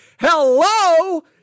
hello